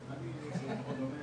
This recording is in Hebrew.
מאוד דיבורים